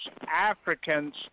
Africans